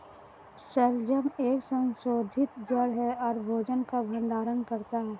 शलजम एक संशोधित जड़ है और भोजन का भंडारण करता है